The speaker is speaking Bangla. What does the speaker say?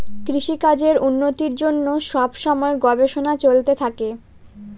কৃষিকাজের উন্নতির জন্য সব সময় গবেষণা চলতে থাকে